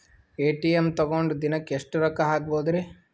ATM ತಗೊಂಡ್ ದಿನಕ್ಕೆ ಎಷ್ಟ್ ರೊಕ್ಕ ಹಾಕ್ಬೊದ್ರಿ?